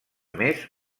més